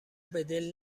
بدل